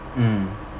mm